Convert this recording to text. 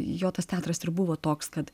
jo tas teatras buvo toks kad